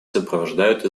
сопровождают